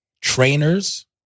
trainers